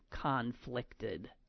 conflicted